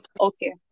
okay